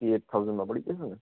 three eight થાઉંઝડમાં પડી જશે ને